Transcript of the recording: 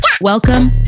Welcome